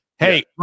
Hey